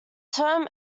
term